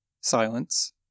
silence